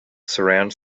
surround